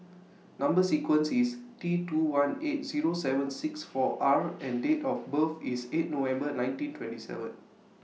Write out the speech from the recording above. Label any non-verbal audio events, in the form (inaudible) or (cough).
Number sequence IS T two one eight Zero seven six four R (noise) and Date of birth IS eight November nineteen twenty seven